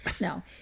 No